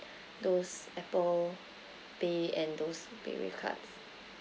those apple pay and those paywave cards